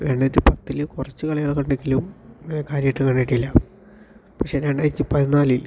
രണ്ടായിരത്തി പത്തില് കുറച്ച് കളിയൊക്കെ കണ്ടെങ്കിലും അങ്ങനെ കാര്യായിട്ട് കണ്ടിട്ടില്ല പക്ഷേ രണ്ടായിരത്തി പതിനാലിൽ